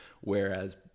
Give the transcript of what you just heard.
whereas